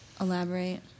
elaborate